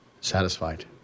satisfied